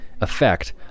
effect